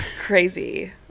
crazy